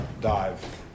dive